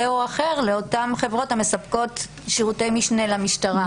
או אחר לאותן חברות שמספקות שירותי משנה למשטרה?